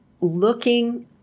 looking